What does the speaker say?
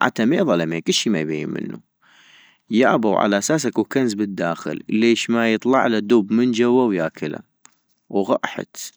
عتمي ظلمي كشي ما يبين منو، يابا وعلى أساس اكو كنز بالداخل ، ليش ما يطلعلا دب من جوا وياكلا ، وغاحت